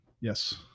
Yes